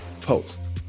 Post